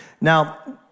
Now